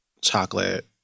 chocolate